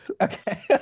okay